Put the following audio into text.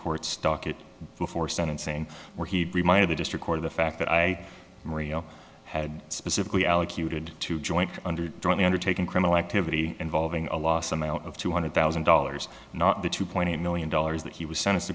court's docket before sentencing where he reminded the district court of the fact that i had specifically allocute it to joint under during the undertaking criminal activity involving a loss amount of two hundred thousand dollars not the two point eight million dollars that he was sent